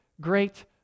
great